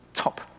top